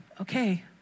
Okay